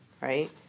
right